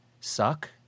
suck